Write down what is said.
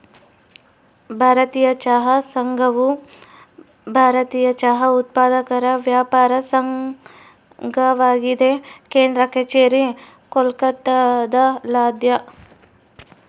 ಭಾರತೀಯ ಚಹಾ ಸಂಘವು ಭಾರತೀಯ ಚಹಾ ಉತ್ಪಾದಕರ ವ್ಯಾಪಾರ ಸಂಘವಾಗಿದೆ ಕೇಂದ್ರ ಕಛೇರಿ ಕೋಲ್ಕತ್ತಾದಲ್ಯಾದ